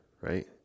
right